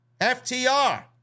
FTR